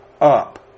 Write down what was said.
up